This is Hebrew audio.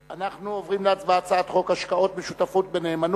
אנחנו עוברים להצבעה בקריאה ראשונה על הצעת חוק משותפות בנאמנות